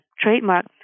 trademark